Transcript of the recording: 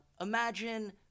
imagine